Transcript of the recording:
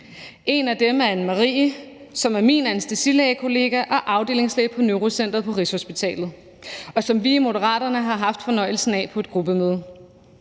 En af dem er Anne Marie , som er min anæstesilægekollega og afdelingslæge på Neurocentret på Rigshospitalet, og som vi i Moderaterne har haft fornøjelsen af på et gruppemøde.